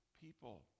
people